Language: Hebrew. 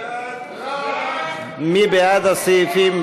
מי בעד הסעיפים?